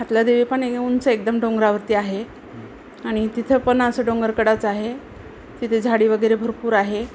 हातला देवीपण एक उंच एकदम डोंगरावरती आहे आणि तिथंपण असं डोंगरकडाच आहे तिथे झाडी वगैरे भरपूर आहे